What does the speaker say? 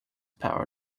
power